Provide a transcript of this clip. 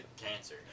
cancer